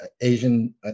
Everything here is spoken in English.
Asian